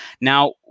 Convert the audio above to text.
Now